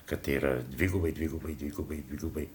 kad tai yra dvigubai dvigubai dvigubai dvigubai